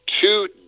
two